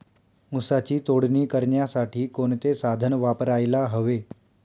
ऊसाची तोडणी करण्यासाठी कोणते साधन वापरायला हवे?